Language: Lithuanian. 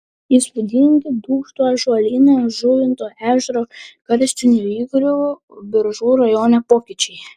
įspūdingi dūkštų ąžuolyno žuvinto ežero karstinių įgriuvų biržų rajone pokyčiai